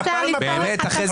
איך אפשר לסתום לך את הפה?